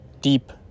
deep